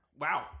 Wow